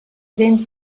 béns